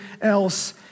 else